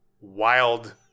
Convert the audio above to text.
wild